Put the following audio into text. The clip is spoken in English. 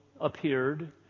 appeared